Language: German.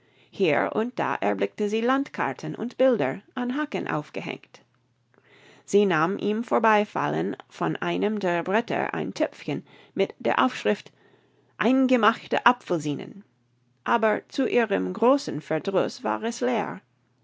hier und da erblickte sie landkarten und bilder an haken aufgehängt sie nahm im vorbeifallen von einem der bretter ein töpfchen mit der aufschrift eingemachte apfelsinen aber zu ihrem großen verdruß war es leer